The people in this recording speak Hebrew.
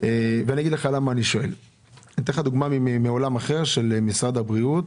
אתן לך דוגמה מעולם אחר, ממשרד הבריאות.